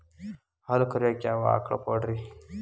ಹಾಲು ಕರಿಯಾಕ ಯಾವ ಆಕಳ ಪಾಡ್ರೇ?